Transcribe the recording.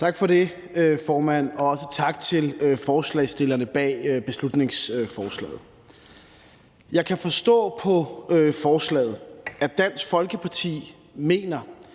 Tak for det, formand, og også tak til forslagsstillerne bag beslutningsforslaget. Jeg kan forstå på forslaget, at Dansk Folkeparti mener,